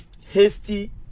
hasty